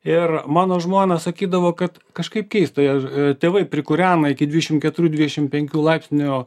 ir mano žmona sakydavo kad kažkaip keista ir tėvai prikūrena iki dvišim keturių dvidešim penkių laipsnių